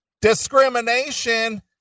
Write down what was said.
discrimination